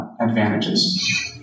advantages